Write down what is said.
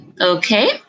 Okay